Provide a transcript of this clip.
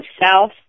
south